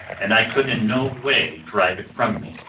and i could in no way drive it from me,